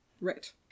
Right